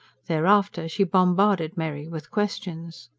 thereafter she bombarded mary with questions.